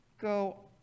go